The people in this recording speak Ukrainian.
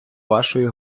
вашої